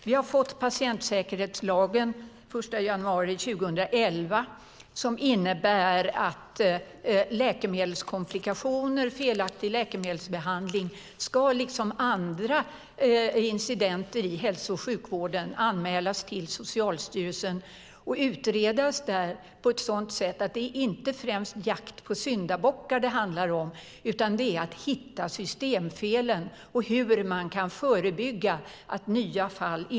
Vi har fått patientsäkerhetslagen den 1 januari 2011, som innebär att läkemedelskomplikationer och felaktig läkemedelsbehandling liksom andra incidenter i hälso och sjukvården ska anmälas till Socialstyrelsen och utredas där på ett sådant sätt att man inte främst letar syndabockar utan försöker hitta systemfelen och hur man kan förebygga nya fall.